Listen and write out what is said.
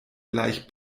gleich